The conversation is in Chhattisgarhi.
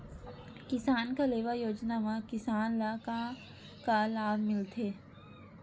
किसान कलेवा योजना म किसान ल का लाभ मिलथे?